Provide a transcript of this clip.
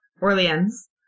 Orleans